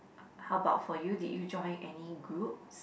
how about for you did you join any group